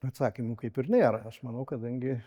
atsakymų kaip ir nėra aš manau kadangi